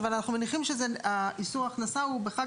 אבל אנחנו מניחים שאיסור הכנסה הוא בחג